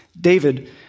David